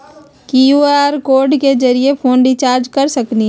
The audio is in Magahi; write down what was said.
कियु.आर कोड के जरिय फोन रिचार्ज कर सकली ह?